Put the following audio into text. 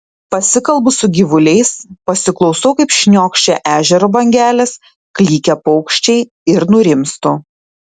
pasikalbu su gyvuliais pasiklausau kaip šniokščia ežero bangelės klykia paukščiai ir nurimstu